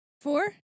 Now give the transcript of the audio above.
Four